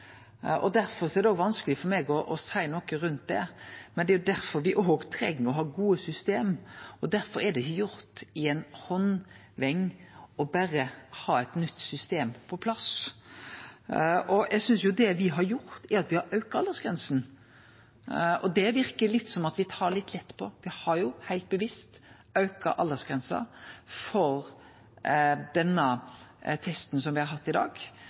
Derfor er det vanskeleg for meg å seie noko rundt det. Men det er òg derfor me treng å ha gode system, og derfor er det ikkje gjort i ei handvending å få eit nytt system på plass. Det me har gjort, er at me har auka aldersgrensa. Det verkar som ein tar litt lett på det. Me har heilt bevisst auka aldersgrensa for den testen som me har hatt